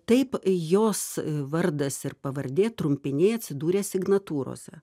taip jos vardas ir pavardė trumpiniai atsidūrė signatūrose